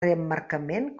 reemmarcament